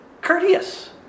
courteous